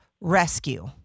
Rescue